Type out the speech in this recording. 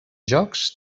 jocs